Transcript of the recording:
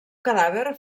cadàver